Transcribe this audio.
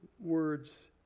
words